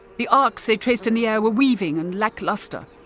the arcs they traced in the air were weaving and lacklustre,